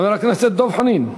חבר הכנסת דב חנין,